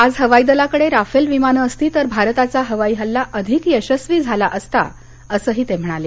आज हवाईदलाकडे राफेल विमानं असती तर भारताचा हवाई हल्ला अधिक यशस्वी झाला असता असंही ते म्हणाले